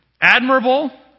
admirable